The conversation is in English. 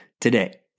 today